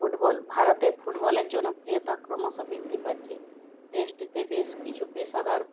football ভারতে ফুটবলের জনপ্রিয়তা ক্রমশ বৃদ্ধি পাচ্ছে দেশটিতে বেশ কিছু পেশাদার